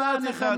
אמרתי לך,